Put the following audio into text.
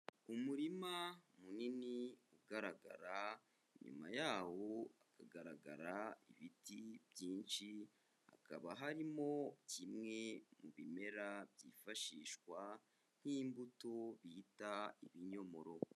Umurima munini ugaragara inyuma yawo hakagaragara ibiti byinshi, hakaba harimo kimwe mu bimera byifashishwa nk'imbuto bita ibinyomoro.